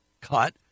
cut